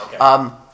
Okay